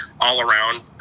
all-around